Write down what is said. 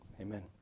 Amen